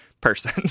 person